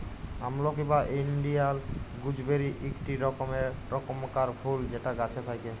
আমলকি বা Indian gooseberry ইকটি রকমকার ফুল যেটা গাছে থাক্যে